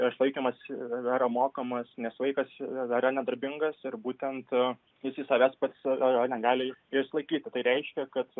išlaikymas yra mokamas nes vaikas yra nedarbingas ir būtent jis iš savęs pats negali išsilaikyti tai reiškia kad